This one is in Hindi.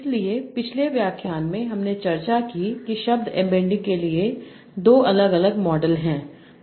इसलिए पिछले व्याख्यान में हमने चर्चा की कि शब्द एम्बेडिंग के लिए 2 अलग अलग मॉडल हैं